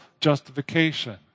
justification